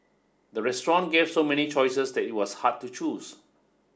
the restaurant gave so many choices that it was hard to choose